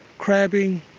crabbing,